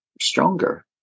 Stronger